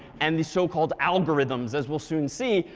and these so-called algorithms, as we'll soon see,